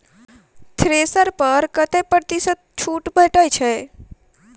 Thresher पर कतै प्रतिशत छूट भेटय छै?